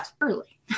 early